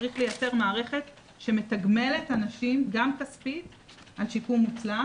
צריך לייצר מערכת שמתגמלת אנשים גם כספית על שיקום מוצלח.